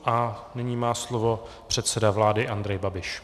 A nyní má slovo předseda vlády Andrej Babiš.